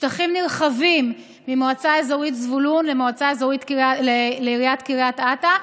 שטחים נרחבים ממועצה אזורית זבולון לעיריית קריית אתא,